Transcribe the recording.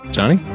Johnny